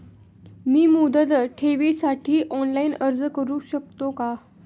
मी मुदत ठेवीसाठी ऑनलाइन अर्ज करू शकतो का?